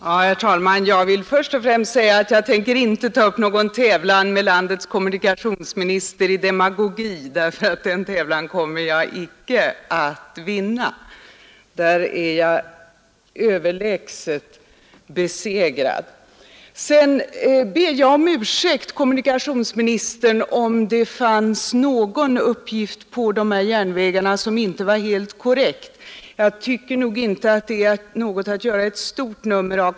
Herr talman! Jag vill först och främst säga att jag inte tänker ta upp någon tävlan med landets kommunikationsminister i demagogi. Den tävlan kommer han alltid att vinna. Sedan ber jag om ursäkt, kommunikationsministern, om det fanns någon uppgift beträffande de här järnvägarna som inte var helt korrekt. Jag tycker dock inte att det är något att göra ett stort nummer av.